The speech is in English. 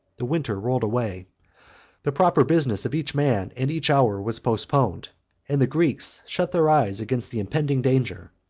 the winter rolled away the proper business of each man, and each hour, was postponed and the greeks shut their eyes against the impending danger,